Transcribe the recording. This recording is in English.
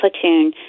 platoon